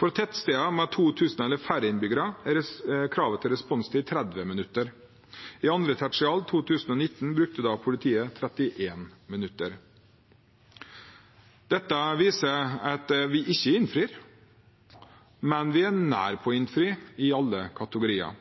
For tettsteder med 2 000 eller færre innbyggere er kravet til responstid 30 minutter. I 2. tertial 2019 brukte politiet 31 minutter. Dette viser at vi ikke innfrir, men at vi er nær ved å innfri i alle kategorier.